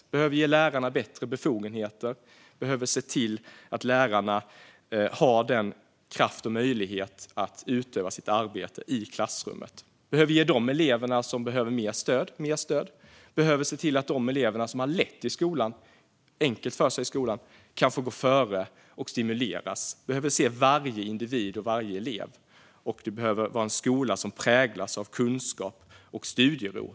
Vi behöver ge lärarna bättre befogenheter, och vi behöver se till att lärarna har kraft och möjlighet att utöva sitt arbete i klassrummet. Vi behöver ge mer stöd till de elever som behöver mer stöd, och vi behöver se till att de elever som har det lätt för sig kan få gå före och stimuleras. Vi behöver se varje individ och varje elev, och det behöver vara en skola som präglas av kunskap och studiero.